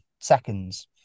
seconds